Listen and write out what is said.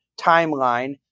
timeline